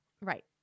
Right